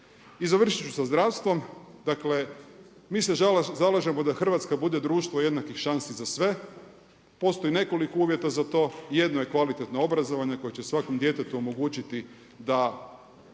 I završit ću sa zdravstvom, dakle mi se zalažemo da Hrvatska bude društvo jednakih šansi za sve. Postoji nekoliko uvjeta za to, jedno je kvalitetno obrazovanje koje će svakom djetetu omogućiti da